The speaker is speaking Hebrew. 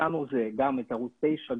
אותנו זה גם את ערוץ 9,